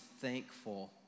thankful